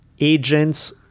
agents